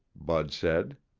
bud said.